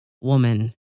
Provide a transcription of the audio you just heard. woman